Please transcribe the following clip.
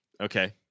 okay